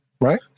right